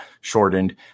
shortened